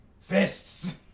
fists